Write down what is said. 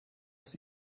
aus